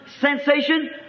sensation